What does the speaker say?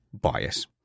bias